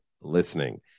listening